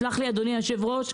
סלח לי אדוני היושב-ראש,